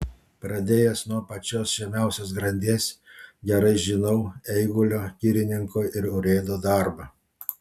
pradėjęs nuo pačios žemiausios grandies gerai žinau eigulio girininko ir urėdo darbą